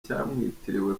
cyamwitiriwe